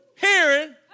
hearing